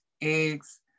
eggs